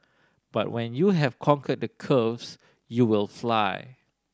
but when you have conquered the curves you will fly